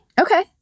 Okay